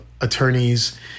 attorney's